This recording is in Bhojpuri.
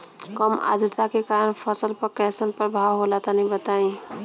कम आद्रता के कारण फसल पर कैसन प्रभाव होला तनी बताई?